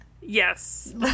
Yes